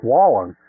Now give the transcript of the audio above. Wallen